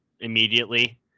immediately